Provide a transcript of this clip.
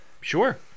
Sure